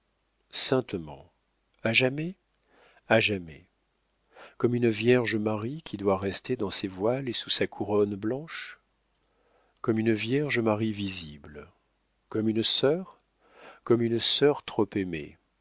saintement saintement a jamais a jamais comme une vierge marie qui doit rester dans ses voiles et sous sa couronne blanche comme une vierge marie visible comme une sœur comme une sœur trop aimée